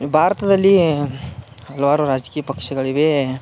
ಭಾರತದಲ್ಲೀ ಹಲವಾರು ರಾಜಕೀಯ ಪಕ್ಷಗಳಿವೆ